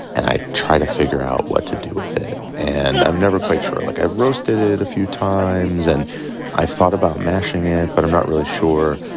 and i try to figure out what to do with it and i'm never quite sure. like i've roasted it a few times and i've thought about mashing it but i'm not really sure.